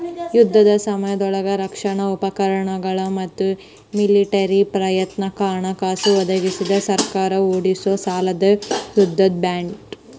ಯುದ್ಧದ ಸಮಯದೊಳಗ ರಕ್ಷಣಾ ಉಪಕ್ರಮಗಳ ಮತ್ತ ಮಿಲಿಟರಿ ಪ್ರಯತ್ನಕ್ಕ ಹಣಕಾಸ ಒದಗಿಸಕ ಸರ್ಕಾರ ಹೊರಡಿಸೊ ಸಾಲನ ಯುದ್ಧದ ಬಾಂಡ್